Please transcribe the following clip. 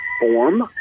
form